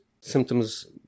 symptoms